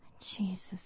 Jesus